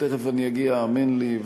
תכף אני אגיע, האמן לי.